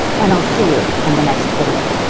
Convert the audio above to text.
and i'll see you on the next video.